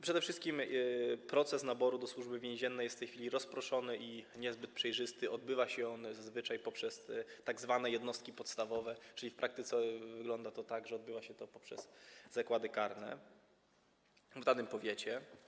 Przede wszystkim proces naboru do Służby Więziennej jest w tej chwili rozproszony i niezbyt przejrzysty, odbywa się on zazwyczaj poprzez tzw. jednostki podstawowe, czyli w praktyce wygląda to tak, że odbywa się to poprzez zakłady karne w danym powiecie.